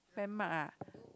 fan mark ah